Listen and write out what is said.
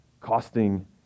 costing